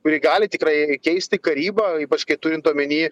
kuri gali tikrai keisti karybą ypač kai turint omeny